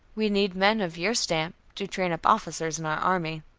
we need men of your stamp to train up officers in our army.